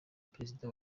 perezida